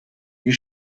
you